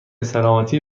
سلامتی